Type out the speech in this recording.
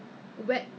只有这个